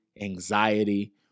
anxiety